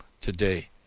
today